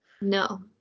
No